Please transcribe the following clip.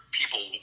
people